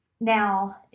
Now